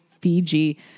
Fiji